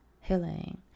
healing